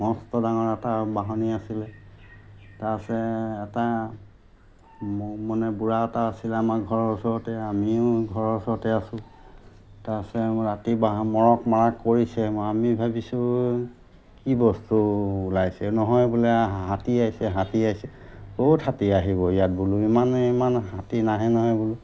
মস্ত ডাঙৰ এটা বাঁহনি আছিলে তাৰপাছে এটা ম মানে বুঢ়া এটা আছিলে আমাৰ ঘৰৰ ওচৰতে আমিও ঘৰৰ ওচৰতে আছোঁ তাৰপাছতে আমাৰ ৰাতি বাঁহ মৰক মাৰাক কৰিছে আমি ভাবিছোঁ কি বস্তু ওলাইছে নহয় বোলে হাতী আহিছে হাতী আহিছে ক'ত হাতী আহিব ইয়াত বোলো ইমান ইমান হাতী নাহে নহয় বোলো